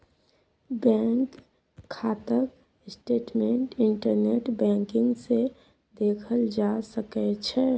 bank खाताक statement internet banking सँ देखल जा सकै छै